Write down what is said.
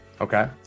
Okay